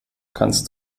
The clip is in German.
kannst